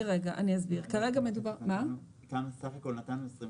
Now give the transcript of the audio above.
אסביר, כרגע מדובר ב --- בסך הכול נתנו 25